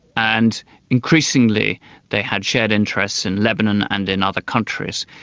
and increasingly they had shared interests in lebanon and in other countries.